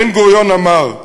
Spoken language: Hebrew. בן-גוריון אמר: